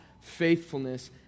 faithfulness